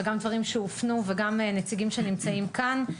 גם דברים שהופנו וגם נציגים שנמצאים כאן.